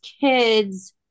kids